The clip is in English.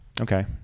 okay